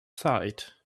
side